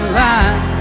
line